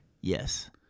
Yes